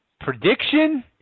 prediction